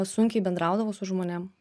sunkiai bendraudavau su žmonėm